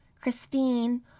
Christine